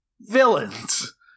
Villains